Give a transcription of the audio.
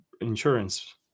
insurance